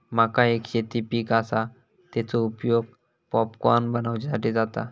मका एक शेती पीक आसा, तेचो उपयोग पॉपकॉर्न बनवच्यासाठी जाता